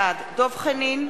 בעד דב חנין,